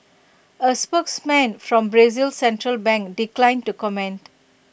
A spokesman from Brazil's central bank declined to comment